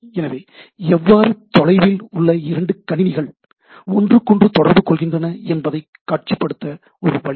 எனவே எவ்வாறு தொலைவில் உள்ள இரண்டு கணினிகள் ஒன்றுக்கொன்று தொடர்பு கொள்கின்றன என்பதை காட்சிப்படுத்த ஒரு வழி